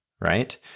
right